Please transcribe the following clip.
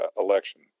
election